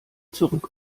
zurück